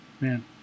man